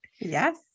Yes